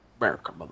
America